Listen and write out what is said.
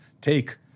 take